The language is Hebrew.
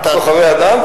סוחרי אדם.